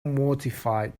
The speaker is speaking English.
mortified